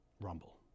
rumble